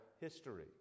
history